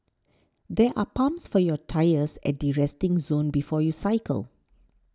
there are pumps for your tyres at the resting zone before you cycle